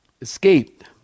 escaped